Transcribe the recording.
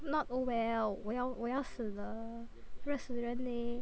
not oh well 我要我要死了热死人 leh